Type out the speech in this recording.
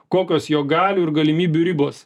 kokios jo galių ir galimybių ribos